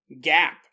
gap